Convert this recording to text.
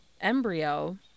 embryo